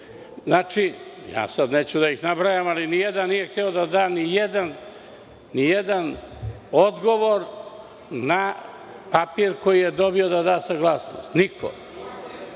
ministar?)Sada neću da nabrajam, ali nijedan nije hteo da da nijedan odgovor na papir koji je dobio da da saglasnost. Niko.